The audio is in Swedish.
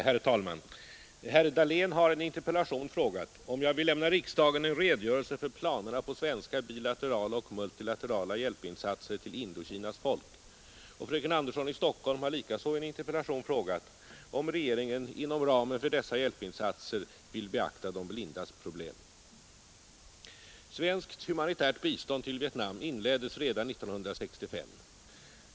Herr talman! Herr Dahlén har i en interpellation frågat om jag vill lämna riksdagen en redogörelse för planerna på svenska bilaterala och multilaterala hjälpinsatser till Indokinas folk, och fröken Andersson i Stockholm har likaså i en interpellation frågat om regeringen inom ramen för dessa hjälpinsatser vill beakta de blindas problem. Svenskt humanitärt bistånd till Vietnam inleddes redan 1965.